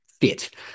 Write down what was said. fit